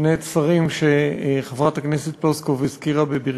שני שרים שחברת הכנסת פלוסקוב הזכירה בברכתה,